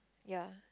ya